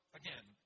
again